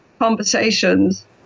conversations